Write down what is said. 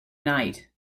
night